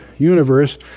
universe